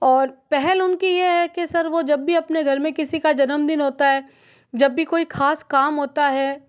और पहल उनकी ये है कि सर वो जब भी अपने घर में किसी का जन्मदिन होता है जब भी कोई खास काम होता है